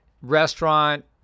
restaurant